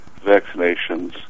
vaccinations